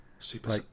Super